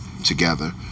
together